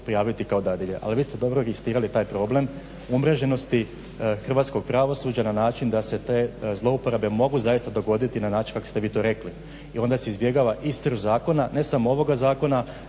prijaviti kao dadilje. Ali vi ste dobro registrirali taj problem umreženosti hrvatskog pravosuđa na način da se te zlouporabe mogu zaista dogoditi na način kako ste vi to rekli i onda se izbjegava i srž zakona ne samo ovoga zakona,